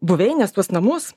buveines tuos namus